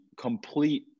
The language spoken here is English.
complete